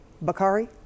Bakari